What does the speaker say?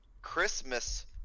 Christmas